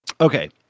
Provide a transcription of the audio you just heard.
Okay